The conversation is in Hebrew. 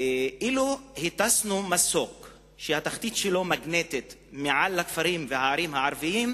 אילו הטסנו מסוק שהתחתית שלו מגנטית מעל הכפרים והערים הערביים,